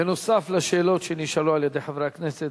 בנוסף לשאלות שנשאלו על-ידי חברי הכנסת,